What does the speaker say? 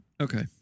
Okay